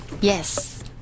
Yes